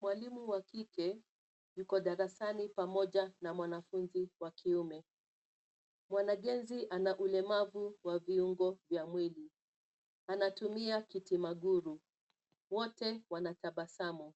Mwalimu wa kike, yuko darasani pamoja na mwanafunzi wa kiume, mwanagenzi ana ulemavu wa viungo vya mwili, anatumia kiti maguru, wote wanatabasamu,